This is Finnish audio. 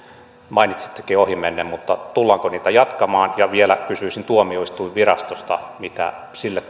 mainitsittekin ohimennen tullaanko niitä jatkamaan ja vielä kysyisin tuomioistuinvirastosta mitä sille